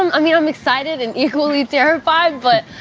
um mean, i'm excited and equally terrified, but